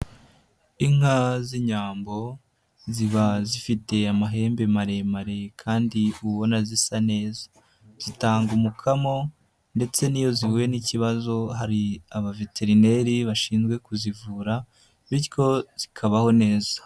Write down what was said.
Inka z'inyambo, ziba zifite amahembe maremare kandi ubona zisa neza. Zitanga umukamo ndetse n'iyo zihuye n'ikibazo hari abaveterineri bashinzwe kuzivura, bityo zikabaho neza.